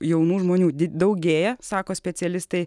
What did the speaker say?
jaunų žmonių daugėja sako specialistai